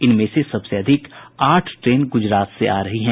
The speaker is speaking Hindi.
इनमें से सबसे अधिक आठ ट्रेन गुजरात से आ रही हैं